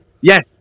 Yes